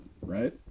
right